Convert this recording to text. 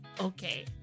Okay